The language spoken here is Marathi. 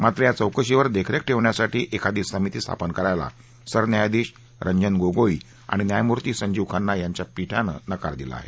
मात्र या चौकशीवर देखरेख ठेवण्यासाठी एखादी समिती स्थापन करायला सरन्यायाधीश रंजन गोगोई आणि न्यायमूर्ती संजीव खन्ना यांच्या पीठानं नकार दिला आहे